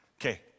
Okay